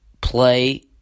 play